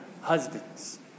husbands